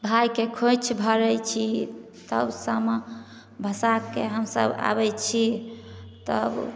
भाइके खोंइछ भरै छी तब सामा भसाके हमसब आबै छी तब